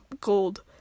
gold